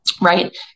right